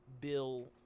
Bill